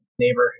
neighbor